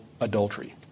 adultery